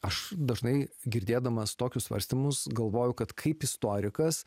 aš dažnai girdėdamas tokius svarstymus galvoju kad kaip istorikas